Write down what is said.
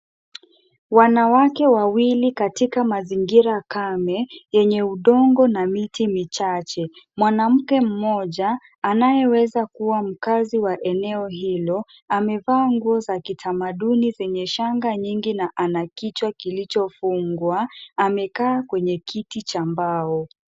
Wanawake wawili katika mazingira kame yenye udongo na miti michache. Mwanamke mmoja anayeweza kuwa mkaazi wa eneo hilo, amevaa nguo za kitamaduni zenye shanga nyingi na ana kichwa kilichofungwa. Amekaa kwenye kiti cha mbao.